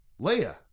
Leia